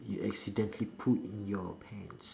you accidentally pooed in your pants